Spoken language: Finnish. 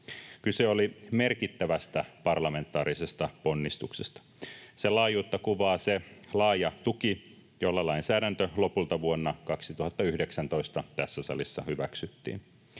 Kyse oli merkittävästä parlamentaarisesta ponnistuksesta. Sen laajuutta kuvaa se laaja tuki, jolla lainsäädäntö lopulta vuonna 2019 tässä salissa hyväksyttiin.